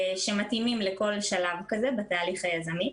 שמתאימים לכל שלב כזה בתהליך היזמי.